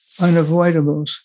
unavoidables